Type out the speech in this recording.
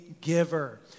giver